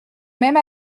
même